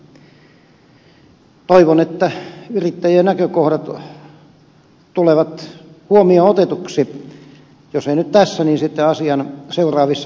toivon että yrittäjien näkökohdat tulevat huomioon otetuiksi jos eivät nyt tässä niin sitten asian seuraavissa käsittelyissä